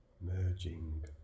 merging